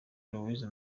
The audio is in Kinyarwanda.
louise